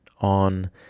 on